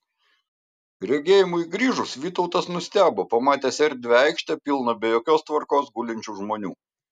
regėjimui grįžus vytautas nustebo pamatęs erdvią aikštę pilną be jokios tvarkos gulinčių žmonių